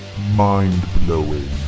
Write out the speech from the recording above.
Mind-blowing